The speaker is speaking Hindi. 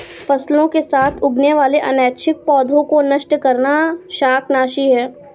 फसलों के साथ उगने वाले अनैच्छिक पौधों को नष्ट करना शाकनाशी है